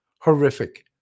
horrific